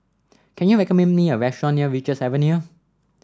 can you recommend me a restaurant near Richards Avenue